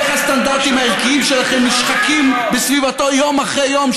איך הסטנדרטים הערכיים שלכם נשחקים בסביבתו יום אחרי יום,